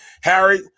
Harry